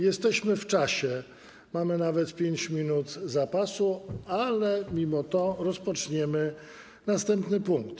Jesteśmy w czasie, mamy nawet 5 minut zapasu, ale mimo to rozpoczniemy następny punkt.